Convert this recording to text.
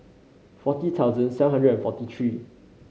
forty thousand seven hundred and forty three